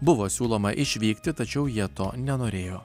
buvo siūloma išvykti tačiau jie to nenorėjo